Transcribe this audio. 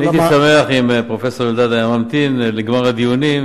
הייתי שמח אם פרופסור אלדד היה ממתין לגמר הדיונים,